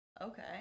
Okay